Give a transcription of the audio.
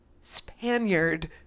Spaniard